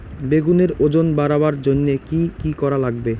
বেগুনের ওজন বাড়াবার জইন্যে কি কি করা লাগবে?